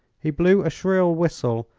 he blew a shrill whistle,